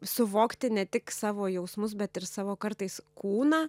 suvokti ne tik savo jausmus bet ir savo kartais kūną